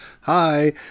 Hi